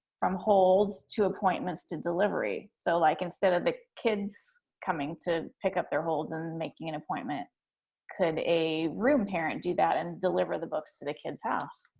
from holds to appointments to delivery? so like instead of the kids coming to pick up their holds and making an appointment could a room parent do that and deliver the books to the kid's house?